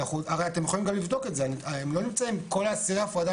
אנחנו נמצאים אולי בחוסר ברירה.